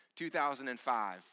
2005